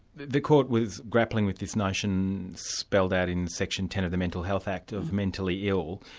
the court was grappling with this notion spelled out in section ten of the mental health act, of mentally ill.